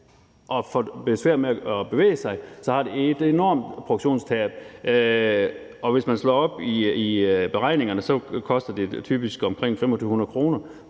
og får besvær med at bevæge sig, betyder det et enormt produktionstab. Og hvis man slår op i beregningerne, koster det typisk omkring 2.500 kr. pr.